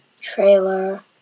trailer